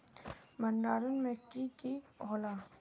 भण्डारण में की की होला?